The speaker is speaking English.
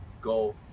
go